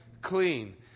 clean